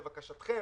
לבקשתכם,